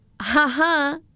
haha